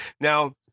Now